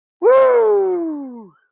Woo